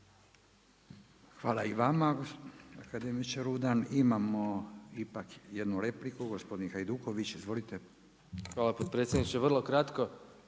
Hvala i vama akademiče Rudan. Imamo ipak jednu repliku gospodin Hajduković. Izvolite. **Hajduković, Domagoj